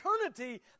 eternity